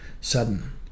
sudden